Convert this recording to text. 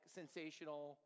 sensational